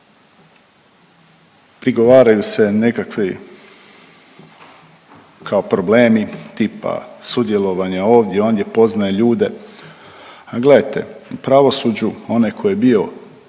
Prigovaraju se nekakvi kao problemi tipa sudjelovanje ovdje ondje, poznaje ljude, a gledajte u pravosuđu onaj tko je bio